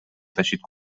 teixit